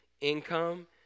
income